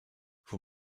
vous